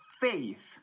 faith